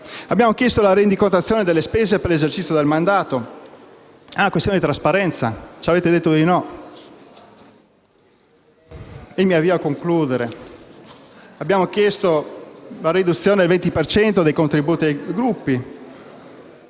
Abbiamo chiesto la rendicontazione delle spese per l'esercizio del mandato: è una questione di trasparenza. Ci avete detto di no. Mi avvio a concludere. Abbiamo chiesto la riduzione del 20 per cento dei contribuiti ai Gruppi,